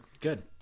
Good